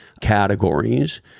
categories